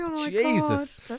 Jesus